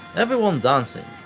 everyone dancing,